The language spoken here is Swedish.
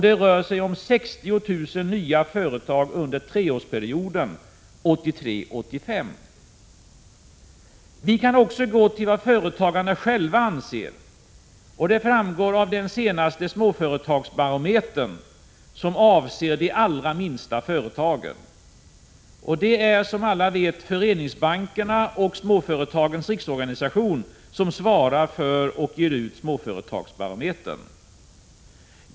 Det rör sig om 60 000 nya företag under treårsperioden 1983-1985. Vi kan också utgå från vad företagarna själva anser, och det framgår av den senaste småföretagsbarometern, som avser de allra minsta företagen. Det är som bekant Föreningsbankerna och Småföretagens riksorganisation som svarar för och ger ut Småföretagsbarometern.